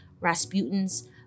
Rasputin's